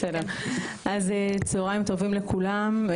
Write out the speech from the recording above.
אז צוהריים טובים לכולם,